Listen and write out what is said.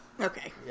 Okay